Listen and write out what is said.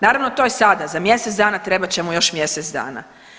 Naravno to je sada, za mjesec dana trebat će mu još mjesec dana.